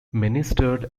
ministered